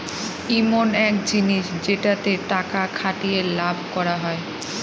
ইমন এক জিনিস যেটাতে টাকা খাটিয়ে লাভ করা হয়